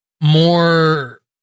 more